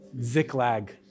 Ziklag